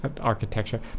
architecture